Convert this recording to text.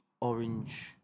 orange